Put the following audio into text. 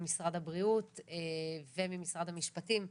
ממשרד הבריאות וממשרד המשפטים,